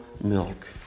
milk